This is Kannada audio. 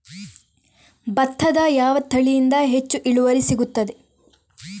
ಭತ್ತದ ಯಾವ ತಳಿಯಿಂದ ಹೆಚ್ಚು ಇಳುವರಿ ಸಿಗುತ್ತದೆ?